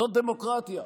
זאת דמוקרטיה.